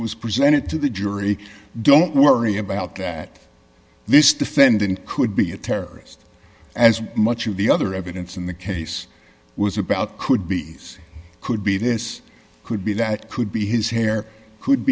was presented to the jury don't worry about that this defendant could be a terrorist as much of the other evidence in the case was about could be could be this could be that could be his